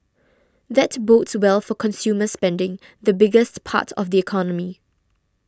that bodes well for consumer spending the biggest part of the economy